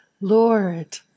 Lord